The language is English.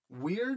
weird